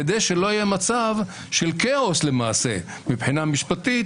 כדי שלא יהיה מצב של כאוס מבחינה משפטית,